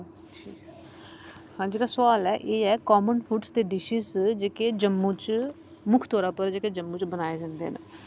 हां जेह्ड़ा सोआल एह् ऐ कामन फुड्स ते डिशेस जेह्के जम्मू च मुक्ख तौरा पर जेह्के जम्मू च बनाए जंदे न